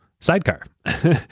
sidecar